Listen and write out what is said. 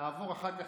נעבור אחר כך,